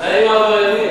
די עם העבריינים.